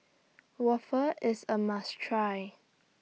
Waffle IS A must Try